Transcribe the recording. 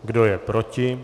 Kdo je proti?